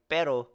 Pero